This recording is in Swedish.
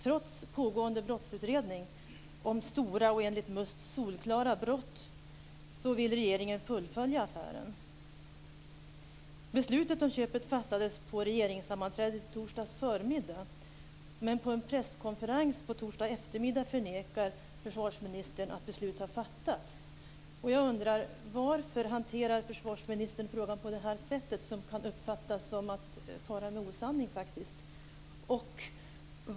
Trots pågående brottsutredning om stora och enligt MUST solklara brott vill regeringen fullfölja affären. Beslutet om köpet fattades på regeringssammanträdet i torsdags förmiddag, men på en presskonferens på torsdag eftermiddag förnekar försvarsministern att beslut har fattats. Jag undrar: Varför hanterar försvarsministern frågan på det här sättet, som faktiskt kan uppfattas som att fara med osanning?